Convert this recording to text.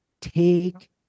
take